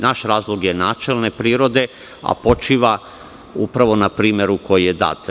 Naš razlog je načelne prirode, a počiva upravo na primeru koji je dat.